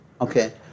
Okay